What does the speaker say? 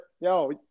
yo